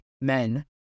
men